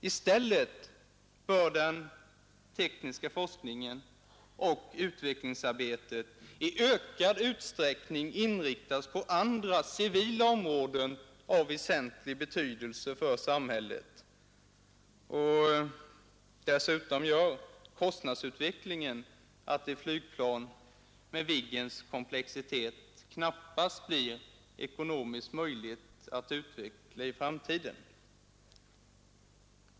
I stället bör den tekniska forskningen och utvecklingsarbetet i ökad utsträckning inriktas på andra, civila områden av väsentlig betydelse för samhället. Dessutom gör kostnadsutvecklingen att ett flygplan med Viggens komplexitet knappast blir ekonomiskt möjligt att utveckla i framtiden.